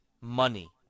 money